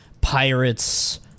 Pirates